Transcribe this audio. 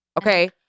Okay